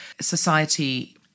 society